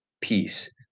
peace